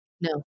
No